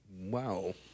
Wow